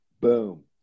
boom